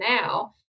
now